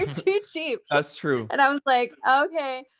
you're too cheap. that's true. and i was like, okay.